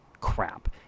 crap